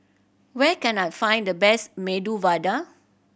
where can I find the best Medu Vada